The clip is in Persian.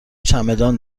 چمدان